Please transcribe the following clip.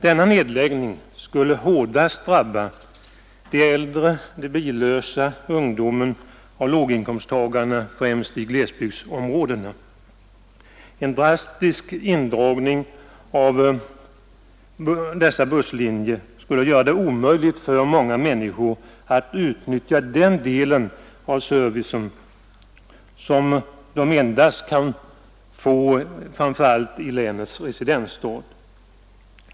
Denna nedläggning skulle hårdast drabba de äldre, de billösa, ungdomen och låginkomsttagarna, främst i glesbygdsområdena. En drastisk indragning av dessa busslinjer skulle göra det omöjligt för många människor att utnyttja den del av servicen som de endast kan få i länets residensstad.